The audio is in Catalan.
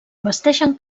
vesteixen